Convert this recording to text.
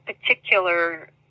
particular